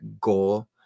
goal